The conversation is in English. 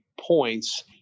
points